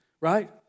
right